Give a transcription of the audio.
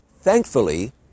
Thankfully